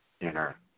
inner